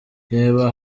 reba